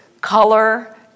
color